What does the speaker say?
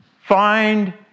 Find